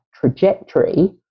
trajectory